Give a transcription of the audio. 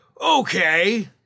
Okay